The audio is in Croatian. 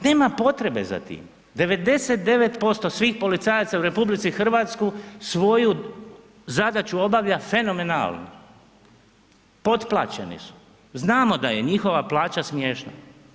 Nema potrebe za tim 99% svih policajaca u RH svoju zadaću obavlja fenomenalno, potplaćeni su, znamo da je njihova plaća smiješna.